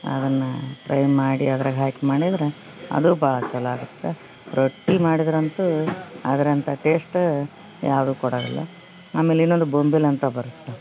ಅದನ್ನ ಪ್ರೈ ಮಾಡಿ ಅದ್ರಾಗ ಹಾಕಿ ಮಾಡಿದ್ರ ಅದು ಭಾಳ ಚಲೋ ಆಗುತ್ತೆ ರೊಟ್ಟಿ ಮಾಡಿದರಂತೂ ಅದ್ರಂತ ಟೇಸ್ಟ್ ಯಾವುದು ಕೊಡೋದಿಲ್ಲ ಆಮೇಲೆ ಇನ್ನೊಂದು ಬೊಂಬಿಲ ಅಂತ ಬರುತ್ತೆ